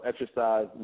exercise